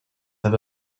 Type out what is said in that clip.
have